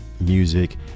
music